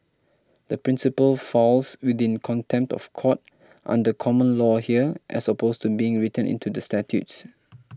the principle falls within contempt of court under common law here as opposed to being written into the statutes